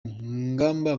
ngamba